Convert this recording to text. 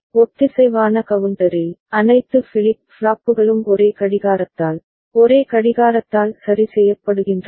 ஒத்திசைவான கவுண்டரில் அனைத்து ஃபிளிப் ஃப்ளாப்புகளும் ஒரே கடிகாரத்தால் ஒரே கடிகாரத்தால் சரி செய்யப்படுகின்றன